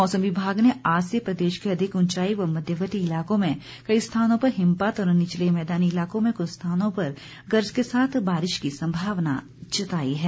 मौसम विमाग ने आज से प्रदेश के अधिक ऊंचाई व मध्यवर्ती इलाकों में कई स्थानों पर हिमपात और निचले मैदानी इलाकों में कृछ स्थानों पर गरज के साथ बारिश की संभावना जताई है